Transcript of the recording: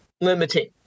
limiting